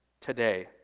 today